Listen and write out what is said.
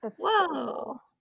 Whoa